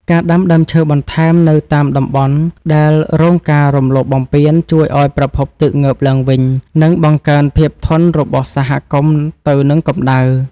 ការដាំដើមឈើបន្ថែមនៅតាមតំបន់ដែលរងការរំលោភបំពានជួយឱ្យប្រភពទឹកងើបឡើងវិញ និងបង្កើនភាពធន់របស់សហគមន៍ទៅនឹងកម្តៅ។